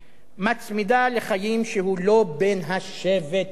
מצמידה לחיים של מי שהוא לא בן השבט שלה.